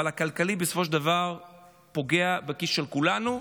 אבל הכלכלי בסופו של דבר פוגע בכיס של כולנו.